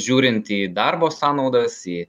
žiūrinti į darbo sąnaudas į